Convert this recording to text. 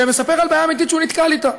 שמספר על בעיה אמיתית שהוא נתקל בה.